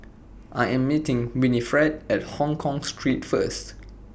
I Am meeting Winifred At Hongkong Street First